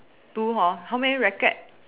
two hor how many racket